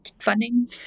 funding